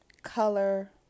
color